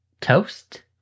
toast